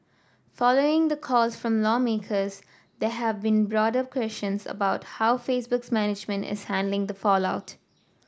following the calls from lawmakers there have been broader questions about how Facebook's management is handling the fallout